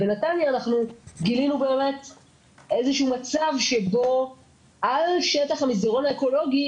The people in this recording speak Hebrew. גילינו איזשהו מצב שבו על שטח המדרון האקולוגי